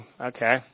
okay